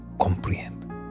comprehend